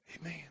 Amen